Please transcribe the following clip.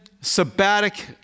sabbatic